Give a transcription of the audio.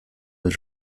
del